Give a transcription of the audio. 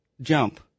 jump